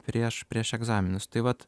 prieš prieš egzaminus tai vat